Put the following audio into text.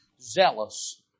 Zealous